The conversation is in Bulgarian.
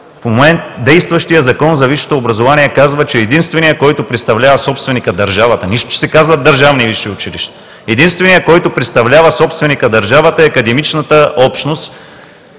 В момента действащият Закон за висшето образование казва, че единственият, който представлява собственика – държавата, нищо, че се казват държавни висши училища, единственият, който представлява собственика – държавата, е академичната общност